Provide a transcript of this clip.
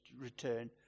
return